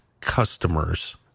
customers